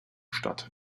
statt